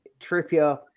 Trippier